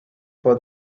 for